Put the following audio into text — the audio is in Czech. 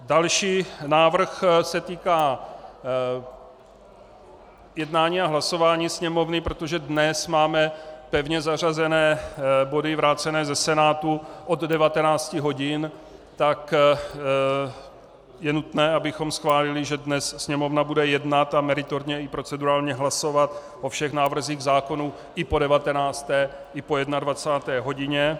Další návrh se týká jednání a hlasování Sněmovny, protože dnes máme pevně zařazené body vrácené ze Senátu od 19 hodin, tak je nutné, abychom schválili, že dnes Sněmovna bude jednat a meritorně i procedurálně hlasovat o všech návrzích zákonů i po 19. i po 21. hodině.